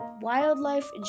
wildlife